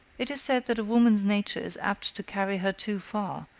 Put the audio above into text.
it is said that a woman's nature is apt to carry her too far,